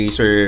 Sir